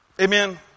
amen